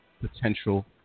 potential